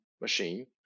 machine